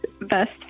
best